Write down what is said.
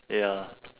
ya